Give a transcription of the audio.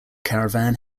caravan